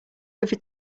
over